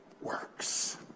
works